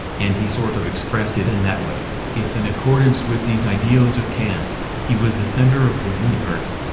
and he sort of expressed it in that way it's in accordance with these ideals of kant he was the center of the universe.